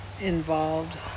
involved